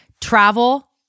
travel